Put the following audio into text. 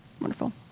Wonderful